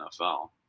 NFL